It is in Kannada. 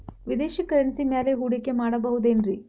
ವಿದೇಶಿ ಕರೆನ್ಸಿ ಮ್ಯಾಲೆ ಹೂಡಿಕೆ ಮಾಡಬಹುದೇನ್ರಿ?